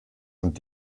und